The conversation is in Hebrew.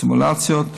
סימולציות,